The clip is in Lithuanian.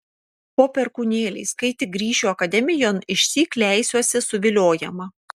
po perkūnėliais kai tik grįšiu akademijon išsyk leisiuosi suviliojama